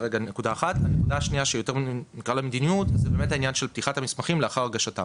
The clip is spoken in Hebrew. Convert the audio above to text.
הנקודה השנייה שנקרא לה מדיניות זה עניין פתיחת המסמכים לאחר הגשתם